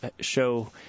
show